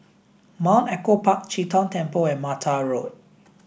Mount Echo Park Chee Tong Temple and Mata Road